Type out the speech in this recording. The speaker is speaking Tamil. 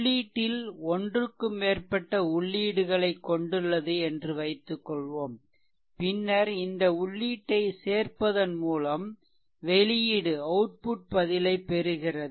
உள்ளீட்டில் ஒன்றுக்கு மேற்பட்ட உள்ளீடுகளைக் கொண்டுள்ளது என்று வைத்துக்கொள்வோம் பின்னர் இந்த உள்ளீட்டைச் சேர்ப்பதன் மூலம் வெளியீடு பதிலைப் பெறுகிறது